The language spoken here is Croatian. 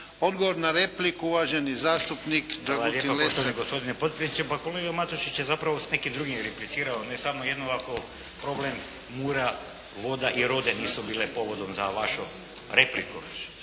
Odgovor na repliku, uvaženi zastupnik Dragutin Lesar.